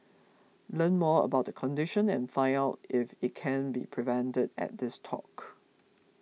learn more about the condition and find out if it can be prevented at this talk